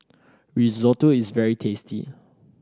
risotto is very tasty